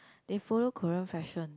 they follow Korean fashion